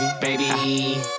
Baby